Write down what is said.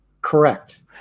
correct